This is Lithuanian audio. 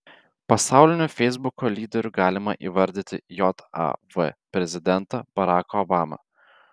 pasauliniu feisbuko lyderiu galima įvardyti jav prezidentą baraką obamą